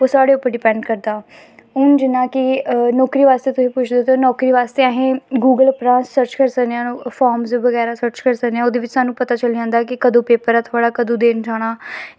ओह् साढ़े पर डिपैंड करदा हून जि'यां तुस नौकरी बास्तै पुछदे ओ ते नौकरी उप्परा दा अस गुगल उप्परा दा सर्च करी सकदे आं फार्मस बगैरा सर्च करी सकदे आं ओह्दे बिच्च सानूं पता चली जंदा ऐ कि कदूं पेपर ऐ थोआढ़ा कदूं देन जाना